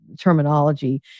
terminology